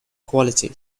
quality